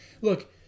Look